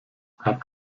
habt